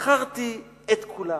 מכרתי את כולם.